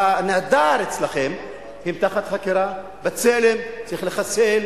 הנעדר אצלכם, הם תחת חקירה, "בצלם" צריך לחסל.